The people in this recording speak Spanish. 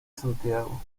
santiago